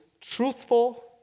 truthful